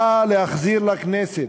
באה להחזיר לכנסת,